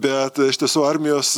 bet iš tiesų armijos